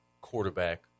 quarterback